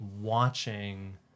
watching